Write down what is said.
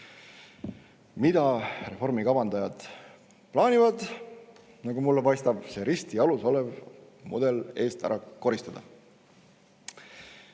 Mida reformi kavandajad plaanivad? Nagu mulle paistab, see risti jalus olev mudel eest ära koristada.